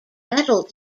metal